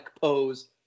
pose